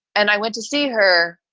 and i went to see her.